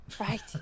Right